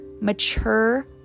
mature